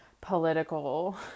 political